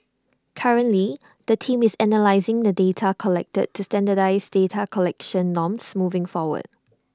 currently the team is analysing the data collected to standardise data collection norms moving forward